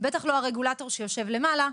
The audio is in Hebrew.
בטח לא הרגולטור שיושב למעלה,